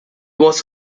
was